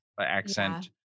accent